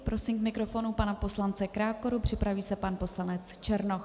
Prosím k mikrofonu pana poslance Krákoru, připraví se pan poslanec Černoch.